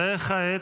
וכעת?